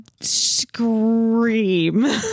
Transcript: scream